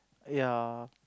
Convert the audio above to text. ya